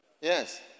Yes